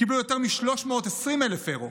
קיבלו יותר מ-320,000 אירו.